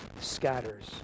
scatters